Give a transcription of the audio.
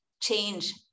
change